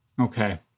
Okay